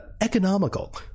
economical